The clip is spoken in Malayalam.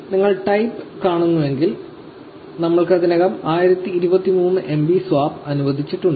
നിങ്ങൾ ടൈപ്പ് കാണുന്നുവെങ്കിൽ നമ്മൾക്ക് ഇതിനകം 1023 MB സ്വാപ്പ് അനുവദിച്ചിട്ടുണ്ട്